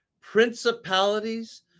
principalities